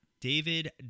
David